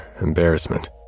embarrassment